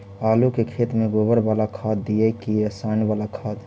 आलू के खेत में गोबर बाला खाद दियै की रसायन बाला खाद?